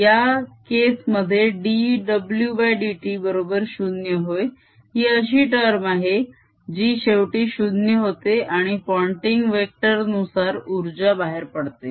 या केस मध्ये dwdt बरोबर 0 होय ही अशी टर्म आहे जी शेवटी 0 होते आणि पोंटिंग वेक्टर नुसार उर्जा बाहेर पडते